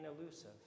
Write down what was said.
elusive